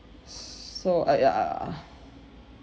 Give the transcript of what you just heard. so uh ya ah